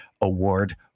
award